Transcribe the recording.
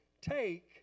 take